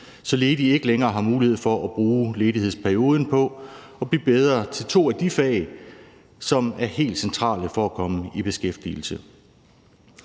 ledige ikke længere har mulighed for at bruge ledighedsperioden på at blive bedre til to af de fag, som er helt centrale for at komme i beskæftigelse.